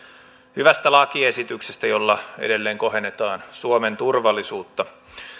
hyvästä lakiesityksestä jolla edelleen kohennetaan suomen turvallisuutta